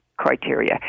criteria